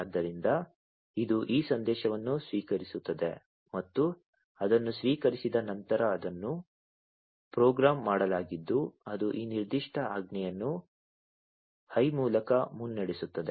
ಆದ್ದರಿಂದ ಇದು ಈ ಸಂದೇಶವನ್ನು ಸ್ವೀಕರಿಸುತ್ತದೆ ಮತ್ತು ಅದನ್ನು ಸ್ವೀಕರಿಸಿದ ನಂತರ ಅದನ್ನು ಪ್ರೋಗ್ರಾಮ್ ಮಾಡಲಾಗಿದ್ದು ಅದು ಈ ನಿರ್ದಿಷ್ಟ ಆಜ್ಞೆಯನ್ನು ಹೈ ಮೂಲಕ ಮುನ್ನಡೆಸುತ್ತದೆ